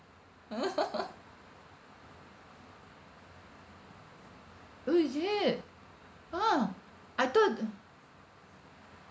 oh is it !huh! I thought uh